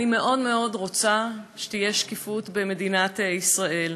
אני מאוד מאוד רוצה שתהיה שקיפות במדינת ישראל.